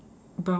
brown